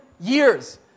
years